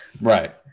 Right